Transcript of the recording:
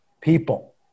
people